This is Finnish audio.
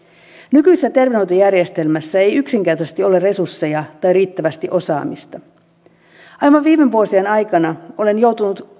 nykyisessä terveydenhoitojärjestelmässä ei yksinkertaisesti ole resursseja tai riittävästi osaamista aivan viime vuosien aikana olen joutunut